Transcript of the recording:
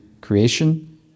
creation